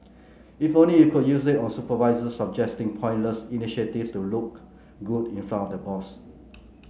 if only you could use it on supervisors pointless initiative to look good in front of the boss